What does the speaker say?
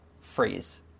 freeze